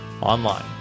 online